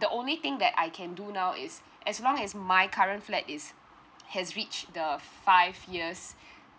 the only thing that I can do now is as long as my current flat is has reached the five years